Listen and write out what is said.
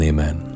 Amen